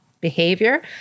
behavior